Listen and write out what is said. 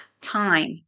time